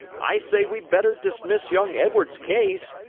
i say we'd better dismiss young edwards's case,